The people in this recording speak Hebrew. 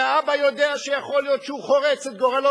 והאבא יודע שיכול להיות שהוא חורץ את גורלו